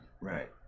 Right